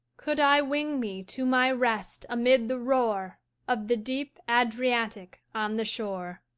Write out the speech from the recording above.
could i wing me to my rest amid the roar of the deep adriatic on the shore,